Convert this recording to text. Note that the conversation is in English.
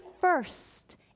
first